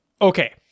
Okay